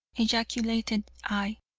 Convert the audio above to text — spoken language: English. ejaculated i,